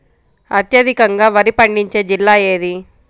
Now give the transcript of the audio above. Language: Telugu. అత్యధికంగా వరి పండించే జిల్లా ఏది?